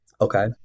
Okay